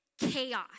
chaos